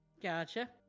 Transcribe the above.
Gotcha